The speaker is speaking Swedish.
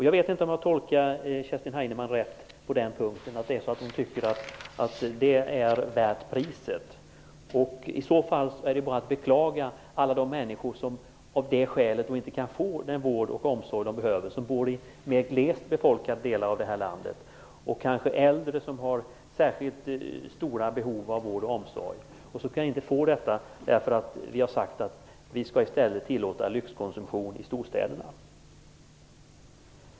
Jag vet inte om jag tolkade Kerstin Heinemann rätt på den punkten, att hon tycker att detta är värt priset. I så fall är det bara att beklaga alla de människor, som bor i de mer glest befolkade delarna av landet, och som av det skälet inte kan få den vård och omsorg som de behöver. Det rör sig kanske om äldre som har särskilt stora behov av vård och omsorg, men som inte kan få det, eftersom vi i stället skall tillåta lyxkonsumtion i storstäderna.